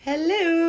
Hello